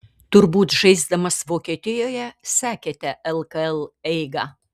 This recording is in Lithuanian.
turbūt žaisdamas vokietijoje sekėte lkl eigą